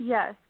Yes